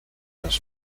las